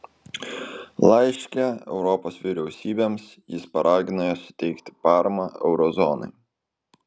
laiške europos vyriausybėms jis paragino jas suteikti paramą euro zonai